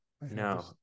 no